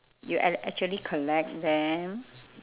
you a~ actually collect them